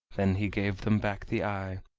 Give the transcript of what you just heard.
then he gave them back the eye,